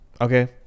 Okay